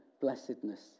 blessedness